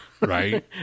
right